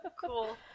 Cool